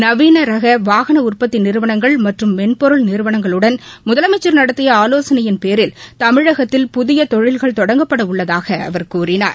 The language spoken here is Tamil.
நவீன ரக வாகன உற்பத்தி நிறுவனங்கள் மற்றும் மென்பொருள் நிறுவனங்களுடன் முதலமைச்சர் நடத்திய ஆலோசனையின் பேரில் தமிழகத்தில் புதிய தொழில்கள் தொடங்கப்பட உள்ளதாக அவர் கூறினார்